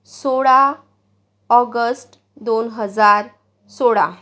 सोळा ऑगस्ट दोन हजार सोळा